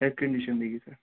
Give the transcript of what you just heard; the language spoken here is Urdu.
ایئر کنڈیشن رہے گی سر